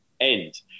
end